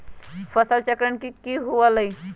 फसल चक्रण की हुआ लाई?